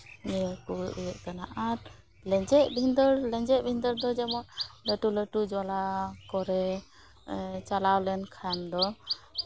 ᱱᱤᱭᱟᱹ ᱠᱚ ᱤᱭᱟᱹᱜ ᱠᱟᱱᱟ ᱟᱨ ᱞᱮᱸᱡᱮᱛ ᱵᱷᱤᱫᱟᱹᱲ ᱞᱮᱸᱡᱮᱛ ᱵᱷᱤᱫᱟᱹᱲ ᱫᱚ ᱡᱮᱢᱚᱱ ᱞᱟᱹᱴᱩ ᱞᱟᱹᱴᱩ ᱡᱚᱞᱟ ᱠᱚᱨᱮ ᱪᱟᱞᱟᱣ ᱞᱮᱱᱠᱷᱟᱱ ᱫᱚ